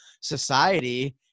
society